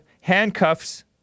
handcuffs